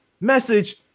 message